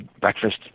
breakfast